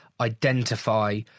identify